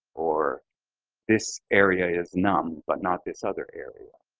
or this area is numb but not this other area.